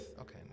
Okay